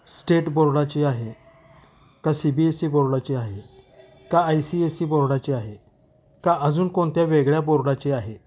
state बोर्डाची आहे का सी बी एस सी बोर्डाची आहे का आय सी एस सी बोर्डाची आहे का अजून कोणत्या वेगळ्या बोर्डाची आहे